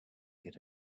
get